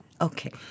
Okay